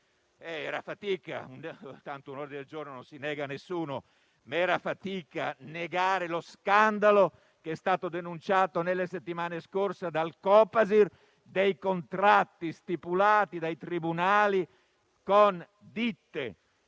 perché tanto un ordine del giorno non si nega a nessuno e sarebbe stata una mera fatica negare lo scandalo, che è stato denunciato nelle settimane scorse dal Copasir, dei contratti stipulati dai tribunali con ditte